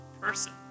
person